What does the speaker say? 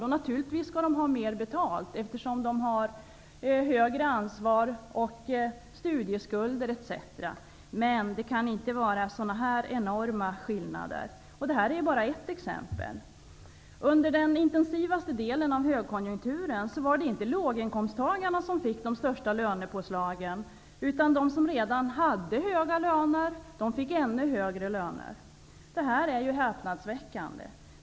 Och naturligtvis skall de ha mer betalt eftersom de har större ansvar, studieskulder etc., men det kan inte vara rimligt med sådana enorma skillnader. Och det är bara ett exempel. Under den intensivaste delen av högkonjunkturen var det inte låginkomsttagarna som fick de största lönepåslagen, utan de som redan hade höga löner fick ännu högre löner. Det är häpnadsväckande.